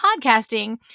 podcasting